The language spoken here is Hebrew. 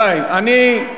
רבותי, אני רבותי.